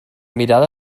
mirada